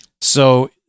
so-